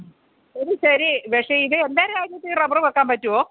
ശരി ശരി പക്ഷേ ഇത് എല്ലാ രാജ്യത്തും ഈ റബറ് വെക്കാൻ പറ്റുമോ